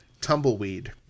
Tumbleweed